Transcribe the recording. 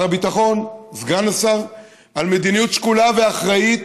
ושר הביטחון וסגן השר, על מדיניות שקולה ואחראית